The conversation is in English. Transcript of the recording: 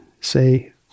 Say